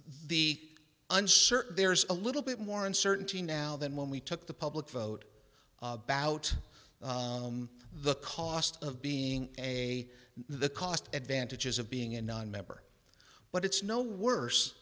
uncertain there's a little bit more uncertainty now than when we took the public vote about the cost of being a the cost advantages of being a nonmember but it's no worse